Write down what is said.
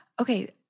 Okay